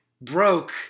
broke-